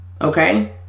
okay